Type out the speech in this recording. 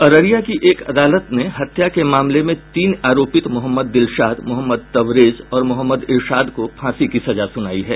अररिया की एक अदालत ने हत्या के मामले में तीन आरोपित मोहम्मद दिलशाद मोहम्मद तबरेज और मोहम्मद इरशाद को फाँसी की सजा सुनाई है